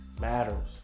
matters